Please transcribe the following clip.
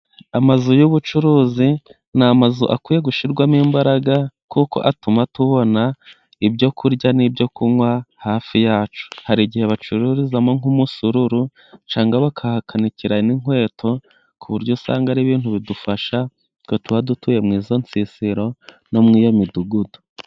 Amazu y'ubucuruzi ni amazu akwiye gushyiwamo imbaraga ,kuko atuma tubona ibyo kurya n'ibyo kunywa hafi yacu ,hari igihe bacururizamo nk'umusururu, usanga bakahakanikira n'inkweto ku buryo usanga ari ibintu bidufasha twe tuba dutuye muri izo nsisiro, no muri iyo midugudu.